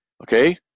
Okay